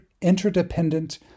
interdependent